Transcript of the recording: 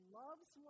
loves